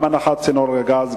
גם הנחת צינור הגז,